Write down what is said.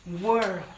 world